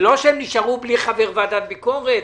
זה לא שנשארו בלי חבר ועדת ביקורת.